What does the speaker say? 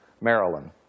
Maryland